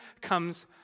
comes